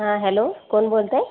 हा हेल्लो कोण बोलतय